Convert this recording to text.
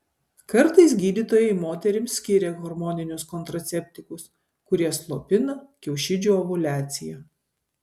kartais gydytojai moterims skiria hormoninius kontraceptikus kurie slopina kiaušidžių ovuliaciją